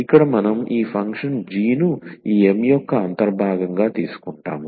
ఇక్కడ మనం ఈ ఫంక్షన్ g ను ఈ M యొక్క అంతర్భాగంగా తీసుకుంటాము